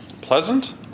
Pleasant